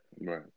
Right